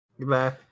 Goodbye